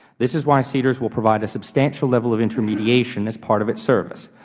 this is why seedrs will provide a substantial level of intermediation as part of its service,